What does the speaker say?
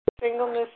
Singleness